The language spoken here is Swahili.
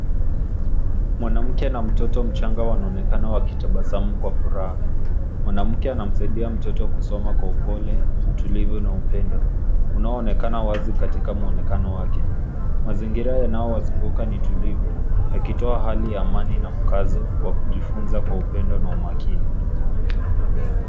Mwanamke na mtoto mchanga wanaonekana wakitabasamu Kwa furaha. Mwanamke anamsaidia mtoto kusoma Kwa upole, utulivu na upendo, unaonekana wazi katika mwonekano wake. Mazingira yanaowazunguka ni tulivu, yakitoa hali ya amani na mkazo wa kujifunza Kwa upendo na umakini.